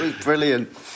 brilliant